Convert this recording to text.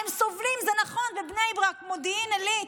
הם סובלים, זה נכון, זה בבני ברק, במודיעין עילית.